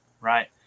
right